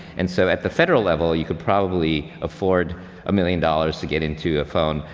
and so at the federal level, you could probably afford a million dollars to get into a phone.